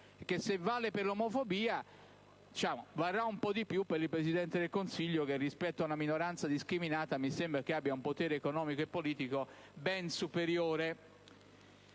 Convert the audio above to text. vale per l'omofobia, varrà un po' di più per il Presidente del Consiglio, che, rispetto ad una minoranza discriminata, mi sembra abbia un potere economico e politico ben superiore.